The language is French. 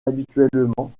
habituellement